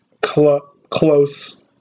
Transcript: close